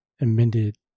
amended